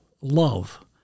love